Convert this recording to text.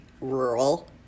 rural